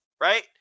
Right